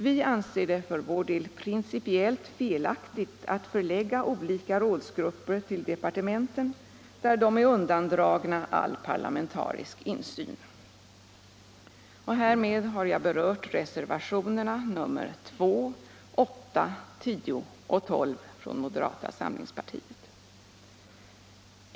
Vi anser det för vår del principiellt felaktigt att förlägga olika rådsgrupper till departementen, där de är undandragna all parlamentarisk insyn. Härmed har jag berört reservationerna 2, 8, 10 och 12 från moderata samlingspartiet, vilka fogats till inrikesutskottets betänkande nr 6.